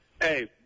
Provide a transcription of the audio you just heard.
Hey